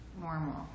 normal